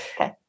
Okay